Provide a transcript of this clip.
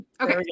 Okay